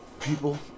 people